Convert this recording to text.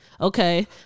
Okay